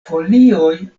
folioj